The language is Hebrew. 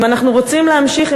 אם אנחנו רוצים להמשיך,